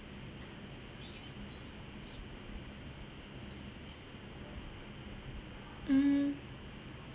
mm